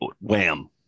Wham